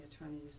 attorneys